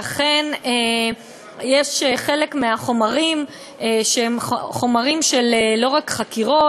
שאכן חלק מהחומרים הם לא רק חומרי חקירות,